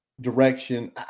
direction